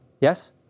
Yes